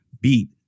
beat